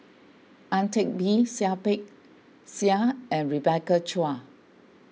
Ang Teck Bee Seah Peck Seah and Rebecca Chua